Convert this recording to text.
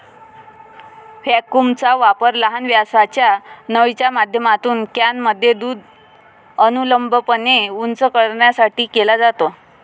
व्हॅक्यूमचा वापर लहान व्यासाच्या नळीच्या माध्यमातून कॅनमध्ये दूध अनुलंबपणे उंच करण्यासाठी केला जातो